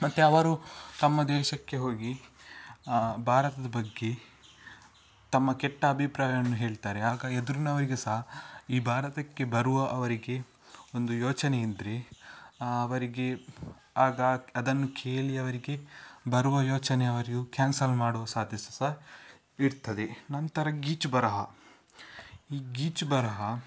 ಮತ್ತೆ ಅವರು ತಮ್ಮ ದೇಶಕ್ಕೆ ಹೋಗಿ ಭಾರತದ ಬಗ್ಗೆ ತಮ್ಮ ಕೆಟ್ಟ ಅಭಿಪ್ರಾಯವನ್ನು ಹೇಳ್ತಾರೆ ಆಗ ಎದುರಿನವರಿಗೆ ಸಹ ಈ ಭಾರತಕ್ಕೆ ಬರುವ ಅವರಿಗೆ ಒಂದು ಯೋಚನೆ ಇದ್ದರೆ ಅವರಿಗೆ ಆಗ ಅದನ್ನು ಕೇಳಿ ಅವರಿಗೆ ಬರುವ ಯೋಚನೆ ಅವರೂ ಕ್ಯಾನ್ಸಲ್ ಮಾಡುವ ಸಾಧ್ಯತೆ ಸಹ ಇರ್ತದೆ ನಂತರ ಗೀಚು ಬರಹ ಈ ಗೀಚು ಬರಹ